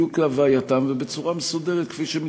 אני מדבר ומפרט את הדברים בדיוק כהווייתם ובצורה מסודרת כפי שמתחייב.